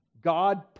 God